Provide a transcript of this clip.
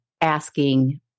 asking